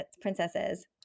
princesses